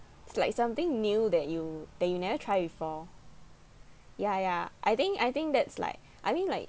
it's like something new that you that you never try before ya ya I think I think that's like I mean like